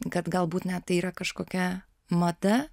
kad galbūt net tai yra kažkokia mada